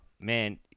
Man